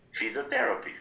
physiotherapy